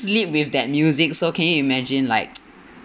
sleep with that music so can you imagine like